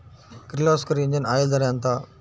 Kirloskar engine oil ధర ఎంత?